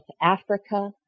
Africa